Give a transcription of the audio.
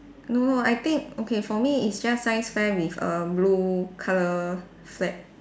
no no I think okay for me it's just science fair with a blue colour flag